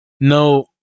No